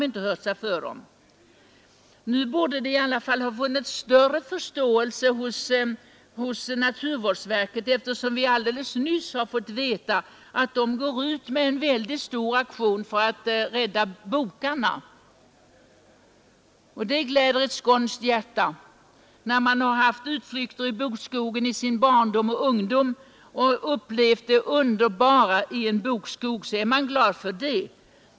Nu borde det ändå ha funnits större förståelse hos naturvårdsverket, eftersom vi helt nyligen fått veta att verket går ut med en mycket stor aktion för att rädda bokarna. Det gläder ett skånskt hjärta. Jag, som har gjort utflykter i bokskogen i min barndom och ungdom och upplevt hur underbar bokskogen är, är glad för det.